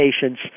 patients